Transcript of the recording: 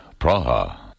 Praha